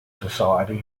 society